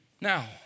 Now